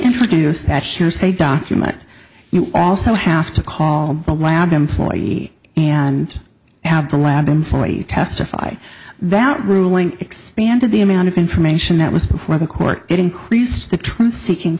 introduce that here say document you also have to call the lab employee and have the lab them for a testify that ruling expanded the amount of information that was before the court increased the truth seeking